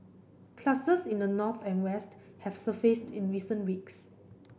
clusters in the north and west have surfaced in recent weeks